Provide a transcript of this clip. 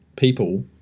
People